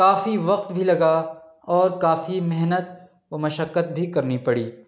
کافی وقت بھی لگا اور کافی محنت و مشقت بھی کرنی پڑی